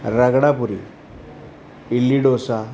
ragda puri idli dosa